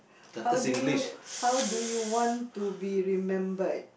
how do you how do you want to be remembered